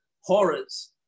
horrors